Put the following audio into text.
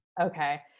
okay